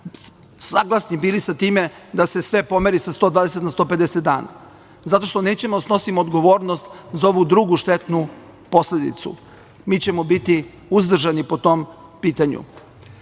saglasni bili sa time da se sve pomeri sa 120 na 150 dana, zato što nećemo da snosimo odgovornost za ovu drugu štetnu posledicu. Mi ćemo biti uzdržani po tom pitanju. Ideja